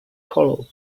hollow